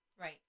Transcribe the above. Right